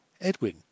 Edwin